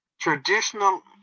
traditional